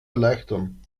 erleichtern